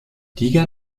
liga